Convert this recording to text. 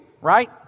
right